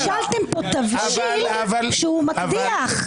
בישלתם פה תבשיל שהוא מקדיח.